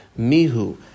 Mihu